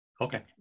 Okay